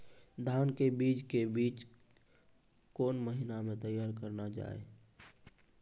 धान के बीज के बीच कौन महीना मैं तैयार करना जाए?